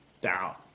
down